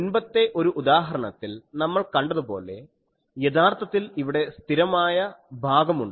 മുൻപത്തെ ഒരു ഉദാഹരണത്തിൽ നമ്മൾ കണ്ടതുപോലെ യഥാർത്ഥത്തിൽ ഇവിടെ ഒരു സ്ഥിരമായ ഭാഗമുണ്ട്